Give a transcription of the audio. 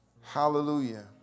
Hallelujah